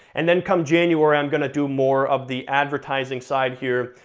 and then come january i'm gonna do more of the advertising side here,